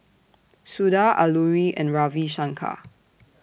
Suda Alluri and Ravi Shankar